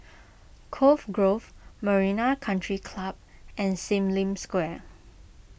Cove Grove Marina Country Club and Sim Lim Square